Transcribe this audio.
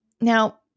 now